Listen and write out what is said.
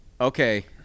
Okay